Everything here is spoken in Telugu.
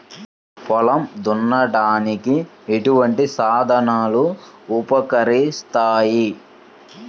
పొలం దున్నడానికి ఎటువంటి సాధనలు ఉపకరిస్తాయి?